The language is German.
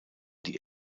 die